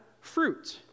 fruit